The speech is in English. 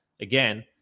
again